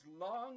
long